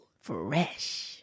Fresh